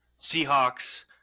Seahawks